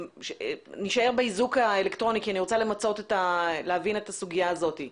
נישאר באיזוק האלקטרוני כי אני רוצה להבין את הסוגיה הזו.